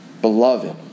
beloved